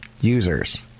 users